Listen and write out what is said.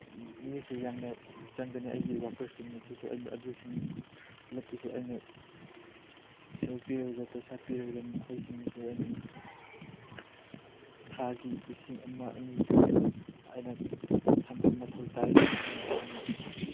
ꯃꯤꯁꯨ ꯌꯥꯝꯅ ꯆꯪꯒꯅꯤ ꯑꯩꯒꯤ ꯋꯥꯀꯔꯁꯤꯡ ꯑꯗꯨꯁꯨ ꯑꯩꯅ ꯑꯗꯨꯁꯤꯡ ꯄꯨꯂꯞꯇꯨꯁꯨ ꯑꯩꯅ ꯁꯦꯜ ꯄꯤꯔꯒ ꯄꯩꯁꯥ ꯄꯤꯔꯒ ꯃꯈꯣꯏꯁꯤꯡꯁꯨ ꯑꯩꯅ ꯊꯥꯒꯤ ꯂꯤꯁꯤꯡ ꯑꯃ ꯑꯅꯤ ꯄꯤꯔꯒ ꯑꯩꯅ ꯊꯝꯕ ꯃꯊꯧ ꯇꯥꯏ ꯃꯔꯝ ꯑꯗꯨꯅ